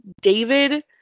David